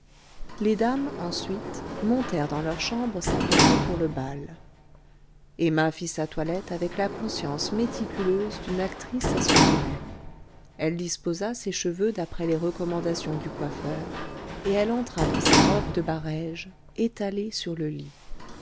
les dames ensuite montèrent dans leurs chambres s'apprêter pour le bal emma fit sa toilette avec la conscience méticuleuse d'une actrice à son début elle disposa ses cheveux d'après les recommandations du coiffeur et elle entra dans sa robe de barège étalée sur le lit